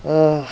ah